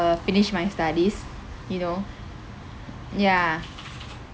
finish my studies you know ya